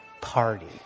party